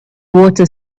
water